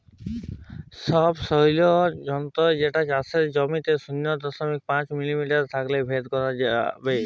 ছবছৈলর যলত্র যেট চাষের জমির শূন্য দশমিক পাঁচ মিটার থ্যাইকে ভেদ ক্যইরতে পারে